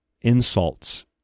insults